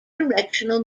directional